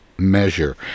Measure